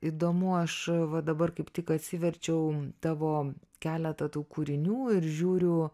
įdomu aš va dabar kaip tik atsiverčiau tavo keletą tų kūrinių ir žiūriu